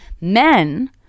Men